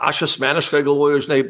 aš asmeniškai galvoju žinai